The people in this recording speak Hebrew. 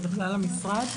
ובכלל למשרד,